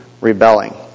rebelling